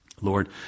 Lord